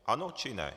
Ano, či ne?